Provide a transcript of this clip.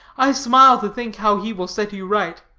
i smile to think how he will set you right.